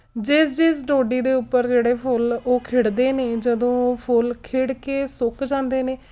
ਜਿਸ ਜਿਸ ਡੋਡੀ ਦੇ ਉੱਪਰ ਜਿਹੜੇ ਫੁੱਲ ਉਹ ਖਿੜਦੇ ਨੇ ਜਦੋਂ ਉਹ ਫੁੱਲ ਖਿੜ ਕੇ ਸੁੱਕ ਜਾਂਦੇ ਨੇ